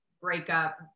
breakup